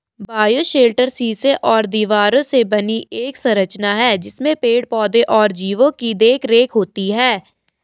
bioshelter शीशे और दीवारों से बनी एक संरचना है जिसमें पेड़ पौधे और जीवो की देखरेख होती है